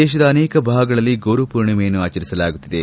ದೇಶದ ಅನೇಕ ಭಾಗಗಳಲ್ಲಿ ಗುರುಪೂರ್ಣಿಮೆಯನ್ನು ಆಚರಿಸಲಾಗುತ್ತಿದೆ